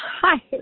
Hi